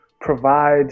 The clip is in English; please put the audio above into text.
provide